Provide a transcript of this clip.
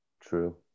True